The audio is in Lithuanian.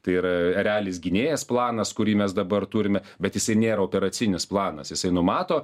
tai yra erelis gynėjas planas kurį mes dabar turime bet jisai nėra operacinis planas jisai numato